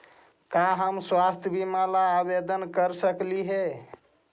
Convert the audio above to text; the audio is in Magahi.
का हम स्वास्थ्य बीमा ला आवेदन कर सकली हे?